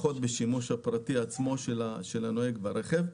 בשימוש פרטי עצמו של הנוהג ברכב.